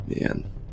man